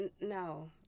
No